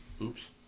Oops